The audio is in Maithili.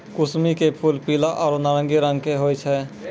कुसमी के फूल पीला आरो नारंगी रंग के होय छै